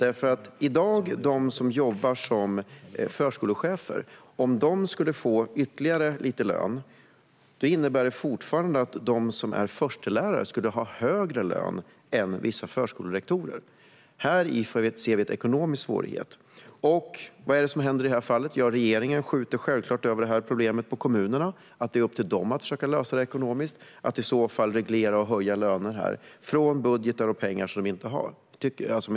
Även om de som i dag jobbar som förskolechefer skulle få lite ytterligare i lön skulle fortfarande de som är förstelärare ha högre lön än vissa förskolerektorer. Häri ser vi en ekonomisk svårighet. Vad händer i det här fallet? Jo, regeringen skjuter självklart över problemet på kommunerna. Det är upp till dem att försöka lösa det ekonomiskt och i så fall reglera och höja löner från budgetar och pengar som de inte har.